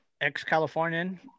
Ex-Californian